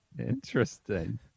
Interesting